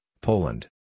Poland